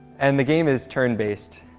and the game is turned based.